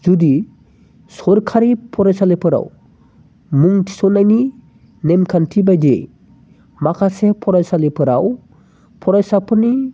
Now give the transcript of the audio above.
जुदि सोरखारि फरायसालिफोराव मुं थिसननायनि नेमखान्थि बायदियै माखासे फरायसालिफोराव फरायसाफोरनि